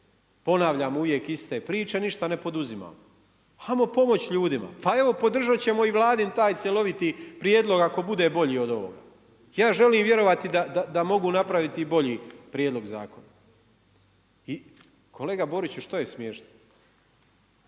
ponavljamo uvijek iste priče a ništa ne poduzimamo. Hajmo pomoći ljudima. Pa evo podržati ćemo i Vladin taj cjeloviti prijedlog ako bude bolji od ovoga. Ja želim vjerovati da mogu napraviti i bolji prijedlog zakona. I, kolega Boriću što je smiješno?